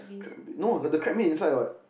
crab meat no the the crab meat is inside what